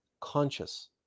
conscious